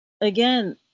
again